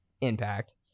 impact